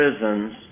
prisons